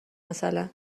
مثلا